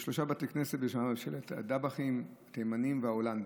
שלושה בתי כנסת, של הדבחים, התימנים וההולנדים.